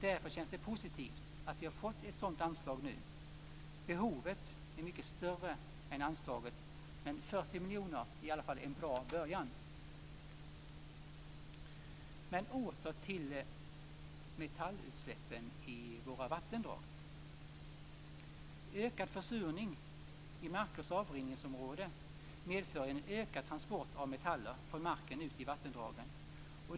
Därför känns det positivt att vi har fått ett sådant anslag nu. Behovet är mycket större än anslaget, men 40 miljoner är i alla fall en bra början. Men åter till metallutsläppen i våra vattendrag. Ökad försurning i markers avrinningsområde medför en ökad transport av metaller från marken ut i vattendragen.